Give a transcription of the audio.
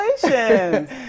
congratulations